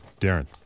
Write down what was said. Darren